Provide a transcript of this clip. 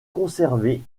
conservé